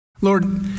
Lord